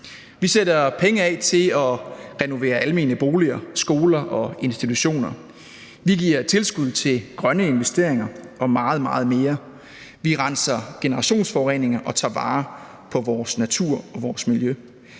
Vi sætter penge af til at renovere almene boliger, skoler og institutioner. Vi giver tilskud til grønne investeringer og meget, meget mere. Vi renser generationsforureninger op og tager vare på vores natur og vores